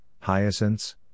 hyacinths